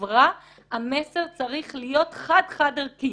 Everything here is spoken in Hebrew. כחברה המסר צריך להיות חד חד ערכי